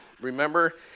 Remember